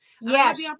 Yes